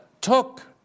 took